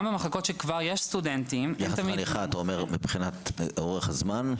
גם במחלקות שכבר יש בהן סטודנטים -- יחס חניכה מבחינת אורך הזמן?